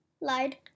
Lied